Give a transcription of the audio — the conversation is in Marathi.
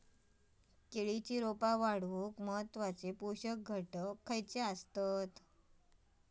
केळी रोपा वाढूक महत्वाचे पोषक घटक खयचे आसत?